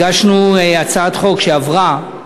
הצעת חוק שעברה,